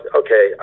okay